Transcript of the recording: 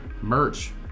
merch